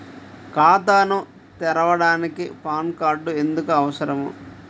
ఖాతాను తెరవడానికి PAN card ఎందుకు అవసరము?